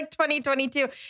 2022